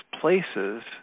places